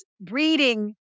breeding